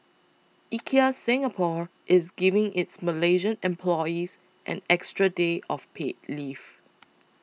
IKEA Singapore is giving its Malaysian employees an extra day of paid leave